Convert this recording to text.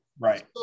Right